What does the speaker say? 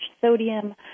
sodium